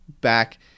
back